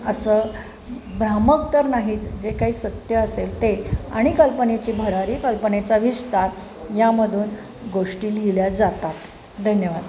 असं भ्रामक तर नाहीच जे काही सत्य असेल ते आणि कल्पनेची भरारी कल्पनेचा विस्तार यामधून गोष्टी लिहिल्या जातात धन्यवाद